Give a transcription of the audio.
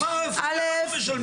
את הפן הרפואי אנחנו משלמים.